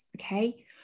okay